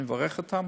אני מברך אותם,